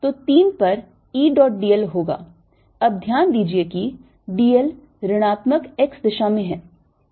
तो 3 पर E dot d l होगा अब ध्यान दीजिए कि d l ऋणात्मक x दिशा में है